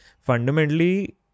fundamentally